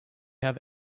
have